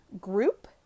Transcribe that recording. group